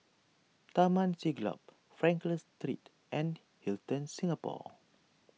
Taman Siglap Frankel Street and Hilton Singapore